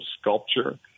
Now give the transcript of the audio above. sculpture